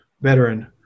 veteran